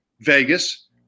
Vegas